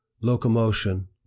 locomotion